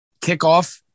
kickoff